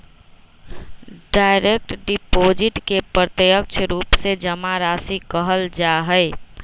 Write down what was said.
direct deposit के प्रत्यक्ष रूप से जमा राशि कहल जा हई